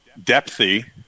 depthy